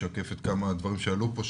כמה דברים שעלו פה,